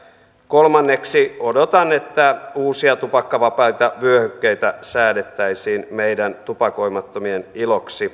kolmanneksi odotan että uusia tupakkavapaita vyöhykkeitä säädettäisiin meidän tupakoimattomien iloksi